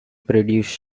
produced